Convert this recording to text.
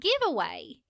giveaway